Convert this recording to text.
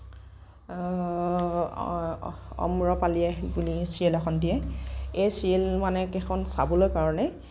অম্প্ৰপালি বুলি চিৰিয়েল এখন দিয়ে এই চিৰিয়েল মানে কেইখন চাবলৈ কাৰণে